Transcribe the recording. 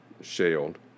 shelled